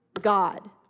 God